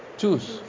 choose